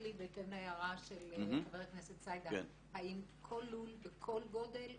לאחר הערת חבר הכנסת סידה, האם כל לול בכל גודל?